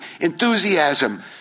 enthusiasm